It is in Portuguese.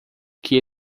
que